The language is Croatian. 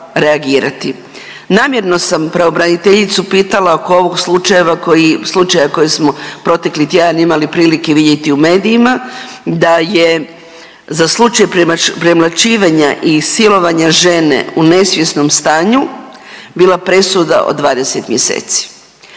Namjerno sam pravobraniteljicu pitala oko ovog slučaja koji smo protekli tjedan imali prilike vidjeti u medijima da je za slučaj premlaćivanja i silovanja žene u nesvjesnom stanju bila presuda od 20 mjeseci.